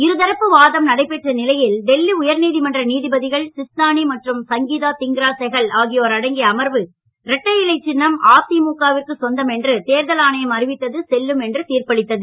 இருதரப்பு வாதம் நடைபெற்ற நிலையில் டெல்லி உயர்நீதிமன்ற நீதிபதிகள் சிஸ்தானி மற்றும் சங்கீதா திங்க்ரா செகல் ஆகியோர் அடங்கிய அமர்வு இரட்டை இலை சின்னம் அதிமுகவிற்கு சொந்தம் என்று தேர்தல் ஆணையம் அறிவித்தது செல்லும் என்று தீர்ப்பளித்தது